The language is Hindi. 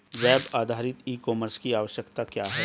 वेब आधारित ई कॉमर्स की आवश्यकता क्या है?